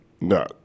No